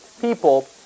people